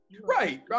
Right